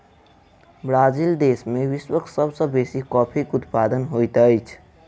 Brazil देश में विश्वक सब सॅ बेसी कॉफ़ीक उत्पादन होइत अछि